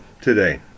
today